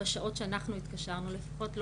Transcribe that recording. בשעות שאנחנו התקשרנו לפחות,